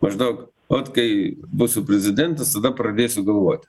maždaug ot kai būsiu prezidentas tada pradėsiu galvoti